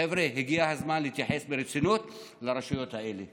חבר'ה, הגיע הזמן להתייחס ברצינות לרשויות האלה.